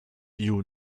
you